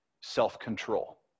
self-control